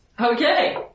Okay